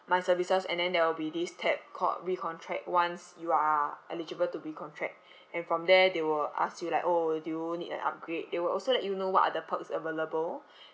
my services and then there will be this tab called recontract once you are eligible to recontract and from there they will ask you like oh do you need an upgrade they will also let you know what are the perks available